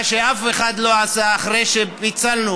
מה שאף אחד לא עשה אחרי שפיצלנו